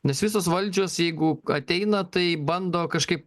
nes visos valdžios jeigu ateina tai bando kažkaip